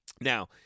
Now